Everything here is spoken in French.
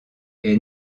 est